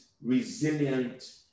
resilient